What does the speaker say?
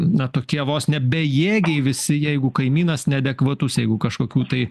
na tokie vos ne bejėgiai visi jeigu kaimynas neadekvatus jeigu kažkokių tai